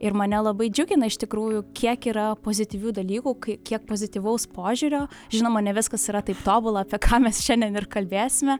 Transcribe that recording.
ir mane labai džiugina iš tikrųjų kiek yra pozityvių dalykų kai kiek pozityvaus požiūrio žinoma ne viskas yra taip tobula apie ką mes šiandien ir kalbėsime